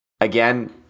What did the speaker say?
Again